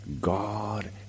God